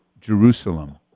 Jerusalem